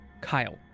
Kyle